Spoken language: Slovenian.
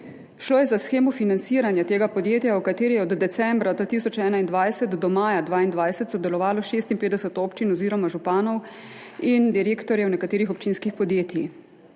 Šlo je za shemo financiranja tega podjetja, v kateri je od decembra 2021 do maja 2022 sodelovalo 56 občin oziroma županov in direktorjev nekaterih občinskih podjetij.